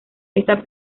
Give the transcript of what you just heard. esta